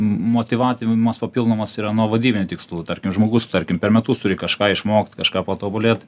motyvativimas papildomas yra nuo vadybinių tikslų tarkim žmogus tarkim per metus turi kažką išmokt kažką patobulėt